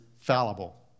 fallible